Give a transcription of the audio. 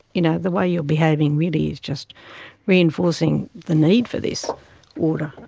you know the way you're behaving really is just reinforcing the need for this order.